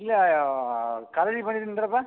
ಇಲ್ಲೇ ಕಾಲೇಜಿಗೆ ಬಂದಿದ್ದೀನ್ರಪ್ಪ